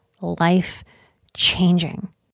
life-changing